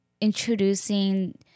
introducing